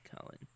Colin